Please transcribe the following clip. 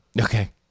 Okay